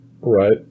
Right